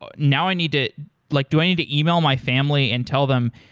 ah now, i need to like do i need to email my family and tell them,